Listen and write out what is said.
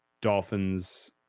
Dolphins